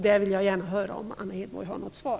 Där vill jag gärna höra om Anna Hedborg har något svar.